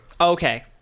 Okay